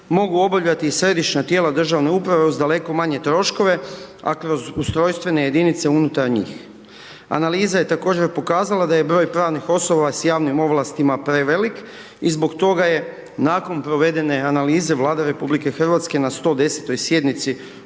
mogu obavljati i središnja tijela državne uprave uz daleko manje troškove, a kroz ustrojstvene jedinice unutar njih. Analiza je također pokazala da je broj pravnih osoba s javnim ovlastima prevelik i zbog toga je nakon provedene analize Vlada RH na 110. sjednici